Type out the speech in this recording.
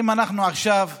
אם אנחנו עכשיו נלך,